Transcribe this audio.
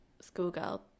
schoolgirl